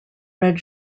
red